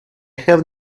have